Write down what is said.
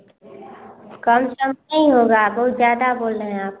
कम कम नहीं होगा बहुत ज़्यादा बोल रहे हैं आप